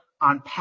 on